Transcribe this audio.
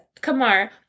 Kamar